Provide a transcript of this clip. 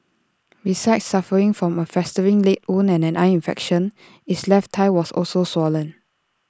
besides suffering from A festering leg wound and an eye infection its left thigh was also swollen